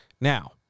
Now